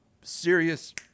serious